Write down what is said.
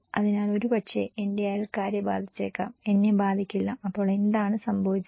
അതിനാൽ ഒരുപക്ഷേ എന്റെ അയൽക്കാരെ ബാധിച്ചേക്കാം എന്നെ ബാധിക്കില്ല അപ്പോൾ എന്താണ് സംഭവിച്ചത്